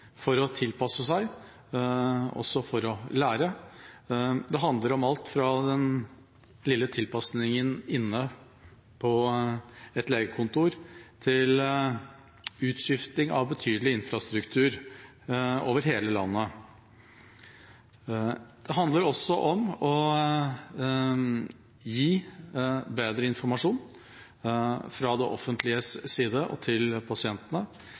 for å tilpasse seg og også for å lære. Det handler om alt fra den lille tilpasningen inne på et legekontor til utskifting av betydelig infrastruktur over hele landet. Det handler også om å gi bedre informasjon fra det offentliges side til pasientene.